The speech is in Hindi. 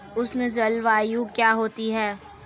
उष्ण जलवायु क्या होती है?